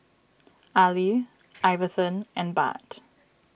Ali Iverson and Bart